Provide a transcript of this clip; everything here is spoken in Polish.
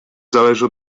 zależy